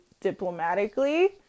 diplomatically